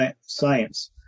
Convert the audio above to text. science